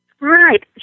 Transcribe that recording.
Right